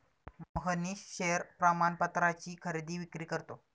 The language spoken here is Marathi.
मोहनीश शेअर प्रमाणपत्राची खरेदी विक्री करतो